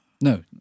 No